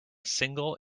single